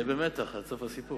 תהיה במתח עד סוף הסיפור.